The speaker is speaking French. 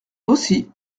aussi